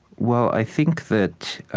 well, i think that